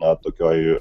na tokioj